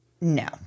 No